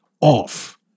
off